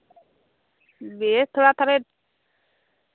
ᱵᱮᱥ ᱛᱷᱚᱲᱟ ᱛᱟᱞᱦᱮ